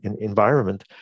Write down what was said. environment